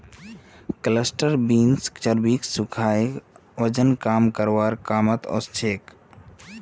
cluster beans चर्बीक सुखाए वजन कम करवार कामत ओसछेक